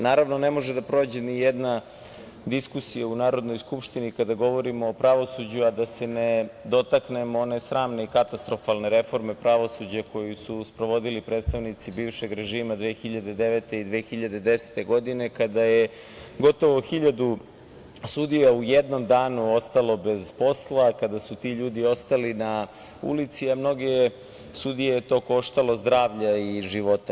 Naravno, ne može da prođe ni jedna diskusija u Narodnoj skupštini, kada govorimo o pravosuđu, a da se ne dotaknemo one sramne i katastrofalne reforme pravosuđa koju su sprovodili predstavnici bivšeg režima 2009. i 2010. godine, kada je gotovo 1.000 sudija u jednom danu ostalo bez posla, kada su ti ljudi ostali na ulici, a mnoge sudije je to koštalo zdravlja i života.